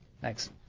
Thanks